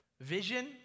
Vision